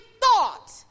thought